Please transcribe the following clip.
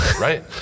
Right